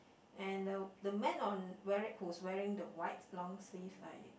and the the man on wear whose wearing the white long sleeve like